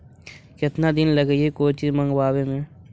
केतना दिन लगहइ कोई चीज मँगवावे में?